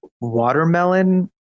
watermelon